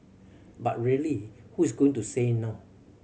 but really who is going to say no